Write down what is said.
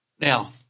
Now